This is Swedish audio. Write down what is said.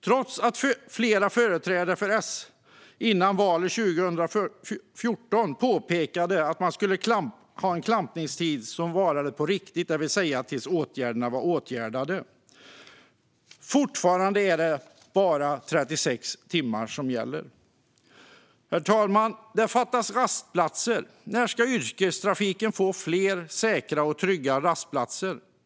Trots att flera företrädare för S före valet 2014 påpekade att det skulle vara en klampningstid som varade tills åtgärderna var vidtagna är det fortfarande bara 36 timmar som gäller. Herr talman! Det fattas rastplatser. När ska yrkestrafiken få fler säkra och trygga rastplatser?